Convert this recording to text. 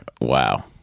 Wow